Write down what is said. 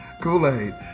Kool-Aid